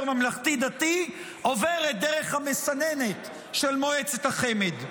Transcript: ממלכתי-דתי עוברת דרך המסננת של מועצת החמ"ד.